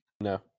No